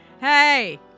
Hey